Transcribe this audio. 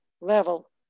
level